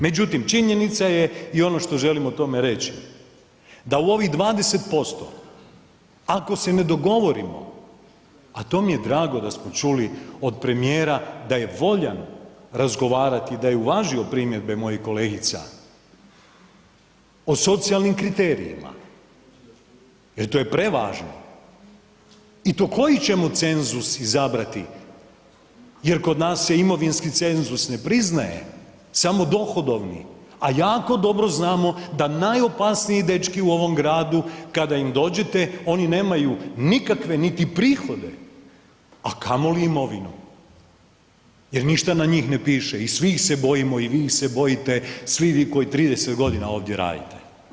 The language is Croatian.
Međutim, činjenica je i ono što želim o tome reći da u ovih 20% ako se ne dogovorimo, a to mi je drago da smo čuli od premijera da je voljan razgovarati, da je uvažio primjedbe mojih kolegica, o socijalnim kriterijima jer to je prevažno i to koji ćemo cenzus izabrati jer kod nas se imovinski cenzus ne priznaje samo dohodovni, a jako dobro znamo da najopasniji dečki u ovom gradu kada im dođete oni nemaju nikakve niti prihode, a kamoli imovinu jer ništa na njih ne piše i svih se bojimo, i vi se bojite, svi vi koji 30.g. ovdje radite.